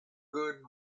good